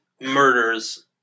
murders